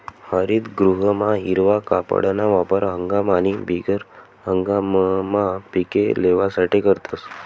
हरितगृहमा हिरवा कापडना वापर हंगाम आणि बिगर हंगाममा पिके लेवासाठे करतस